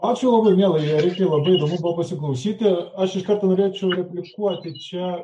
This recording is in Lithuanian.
ačiū labai mielai erikai labai įdomu buvo pasiklausyti aš iškart norėčiau replikuoti čia